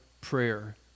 prayer